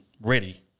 ready